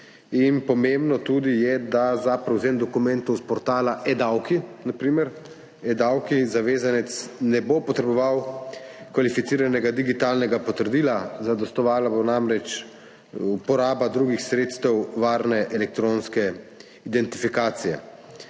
tudi, da za prevzem dokumentov s portala eDavki, na primer, zavezanec ne bo potreboval kvalificiranega digitalnega potrdila. Zadostovala bo namreč uporaba drugih sredstev varne elektronske identifikacije.